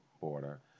border